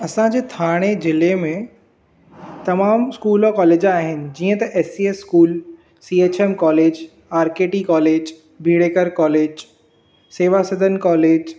असांजे थाणे ज़िले में तमामु स्कूल कॉलेज आहिनि जीअं S C S school C H M college R K T college Bidekar college Seva Sadan college